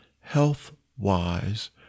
health-wise